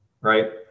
Right